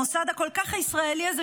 המוסד הכל-כך ישראלי הזה,